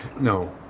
No